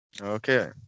okay